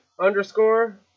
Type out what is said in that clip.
underscore